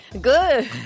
Good